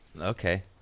Okay